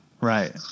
Right